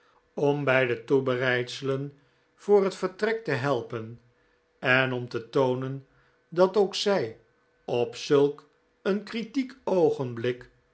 om bij de toebereidselen voor het vertrek te heipen en om te toonen dat ook zij op zulk een kritiek oogenblik